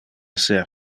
ser